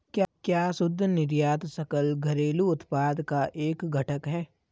क्या शुद्ध निर्यात सकल घरेलू उत्पाद का एक घटक है?